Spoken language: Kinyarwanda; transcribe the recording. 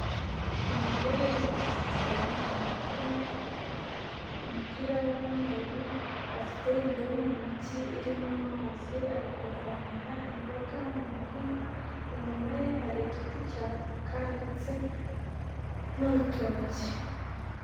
Umugore witeze igitambaro mu mutwe, umupira w'umweru afite indobo mu ntoki irimo amazi ari kuvomera imboga mu murima, inyuma ye hari igiti cya avoka ndetse n'urutoke.